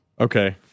Okay